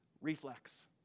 reflex